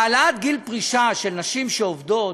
העלאת גיל הפרישה של נשים שעובדות